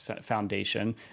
foundation